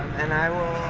and i will